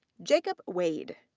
jacob wade.